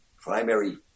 primary